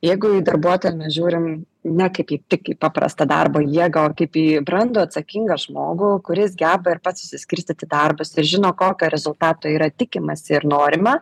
jeigu į darbuotoją mes žiūrim ne kaip į tik paprastą daro jėgą o kaip į brandų atsakingą žmogų kuris geba ir pats susiskirstyti darbus ir žino kokio rezultato yra tikimasi ir norima